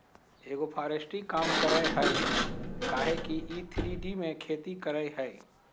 agroforestry काम करेय हइ काहे कि इ थ्री डी में खेती करेय हइ